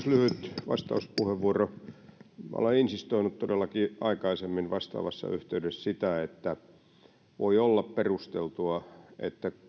lyhyt vastauspuheenvuoro minä olen insistoinut todellakin aikaisemmin vastaavassa yhteydessä sitä että voi olla perusteltua että